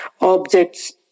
objects